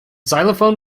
xylophone